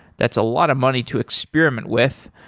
that's a lot of money to experiment with.